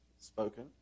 spoken